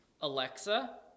Alexa